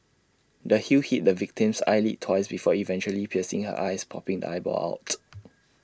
the heel hit the victim's eyelid twice before eventually piercing her eye popping the eyeball out